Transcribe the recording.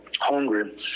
hungry